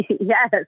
Yes